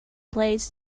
plates